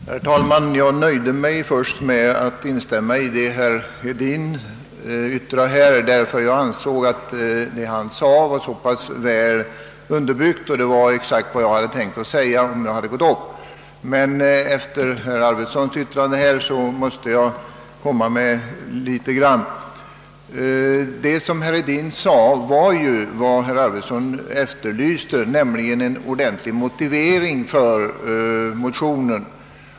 Herr talman! Jag nöjde mig först med att instämma i herr Hedins yttrande, ty jag ansåg det som han sade vara väl underbyggt och dessutom exakt motsvara vad jag eljest tänkt säga; men efter herr Arwesons uttalande måste jag genmäla några ord. Vad herr Hedin sade var ju vad herr Arweson efterlyste, nämligen en ordentlig motivering för motionen.